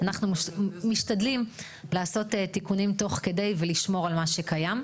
אנחנו משתדלים לעשות תיקונים תוך כדי ולשמור על מה שקיים.